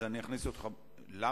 אז אני אכניס אותך, למה?